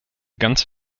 ganz